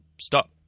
stop